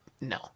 no